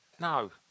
No